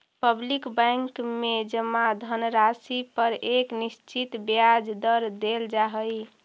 public bank में जमा धनराशि पर एक निश्चित ब्याज दर देल जा हइ